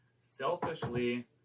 Selfishly